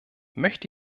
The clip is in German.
möchte